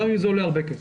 גם אם זה עולה הרבה כסף.